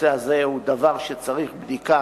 הנושא הזה הוא דבר שצריך בדיקה,